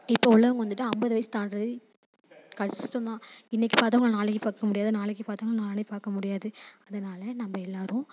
இப்போ உள்ளவங்க வந்துட்டு ஐம்பது வயசு தாண்டுகிறதே கஷ்டந்தான் இன்றைக்குப் பார்த்தவங்கள நாளைக்குப் பார்க்க முடியாது நாளைக்குப் பார்த்தவங்கள நாளான்னைக்குப் பார்க்க முடியாது அதனால் நம்ம எல்லோரும்